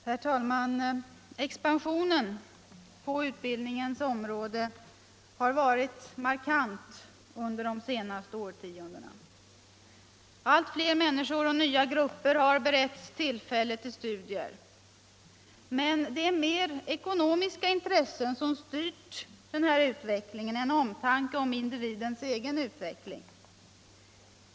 Herr talman! Expansionen på utbildningens område har varit markant under de senaste årtiondena. Allt fler människor och nya grupper har beretts tillfälle till studier. Men det är mer ekonomiska intressen som styrt denna utveckling än omtanke om individens egen utveckling.